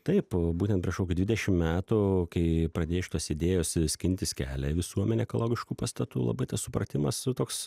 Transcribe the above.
taip būtent prieš okį dvidešim metų kai pradėjo šitos idėjos skintis kelią į visuomenę ekologiškų pastatų labai tas supratimas jų toks